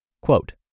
quote